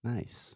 Nice